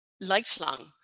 lifelong